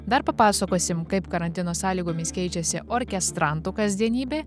dar papasakosim kaip karantino sąlygomis keičiasi orkestrantų kasdienybė